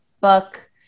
book